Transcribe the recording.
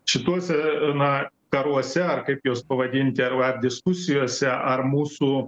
šituose na karuose ar kaip juos pavadinti arba diskusijose ar mūsų